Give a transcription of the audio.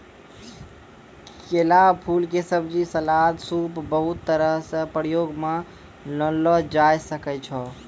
केला फूल के सब्जी, सलाद, सूप बहुत तरह सॅ प्रयोग मॅ लानलो जाय ल सकै छो